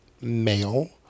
male